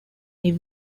new